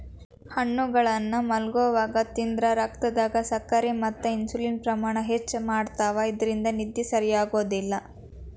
ಹಣ್ಣುಗಳನ್ನ ಮಲ್ಗೊವಾಗ ತಿಂದ್ರ ರಕ್ತದಾಗ ಸಕ್ಕರೆ ಮತ್ತ ಇನ್ಸುಲಿನ್ ಪ್ರಮಾಣ ಹೆಚ್ಚ್ ಮಾಡ್ತವಾ ಇದ್ರಿಂದ ನಿದ್ದಿ ಸರಿಯಾಗೋದಿಲ್ಲ